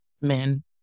men